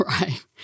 right